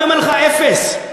אני אומר לך, אפס.